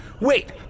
Wait